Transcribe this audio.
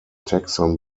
texan